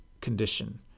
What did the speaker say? condition